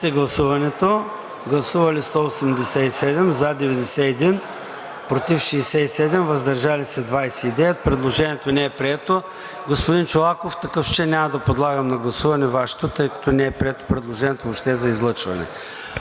представители: за 91, против 67, въздържали се 29. Предложението не е прието. Господин Чолаков, в такъв случай няма да подлагам на гласуване Вашето, тъй като не е прието предложението въобще за излъчване.